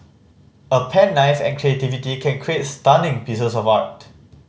a pen knife and creativity can create stunning pieces of art